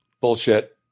Bullshit